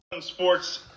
Sports